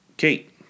Kate